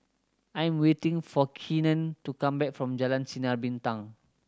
I am waiting for Keenen to come back from Jalan Sinar Bintang